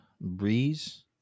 breeze